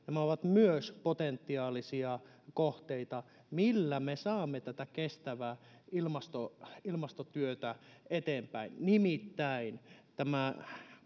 on potentiaalisia kohteita millä me saamme tätä kestävää ilmastotyötä ilmastotyötä eteenpäin nimittäin minä toivoisin että